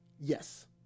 Yes